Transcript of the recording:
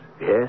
Yes